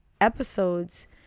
episodes